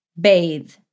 Bathe